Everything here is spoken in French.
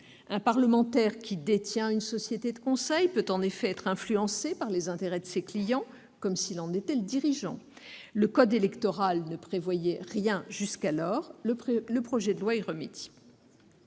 un parlementaire qui détient une société de conseil peut être influencé par les intérêts de ses clients, comme s'il en était le dirigeant. Actuellement, le code électoral ne prévoit rien ; le projet de loi y remédie.